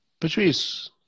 Patrice